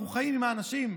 אנחנו חיים עם האנשים.